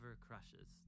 crushes